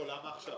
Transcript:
למה עכשיו?